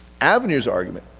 avenir's argument,